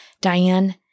Diane